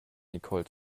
nicole